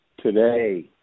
today